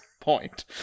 point